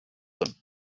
them